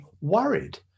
worried